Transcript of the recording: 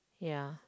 ya